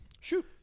Shoot